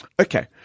Okay